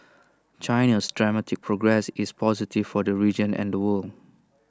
China's dramatic progress is positive for the region and the world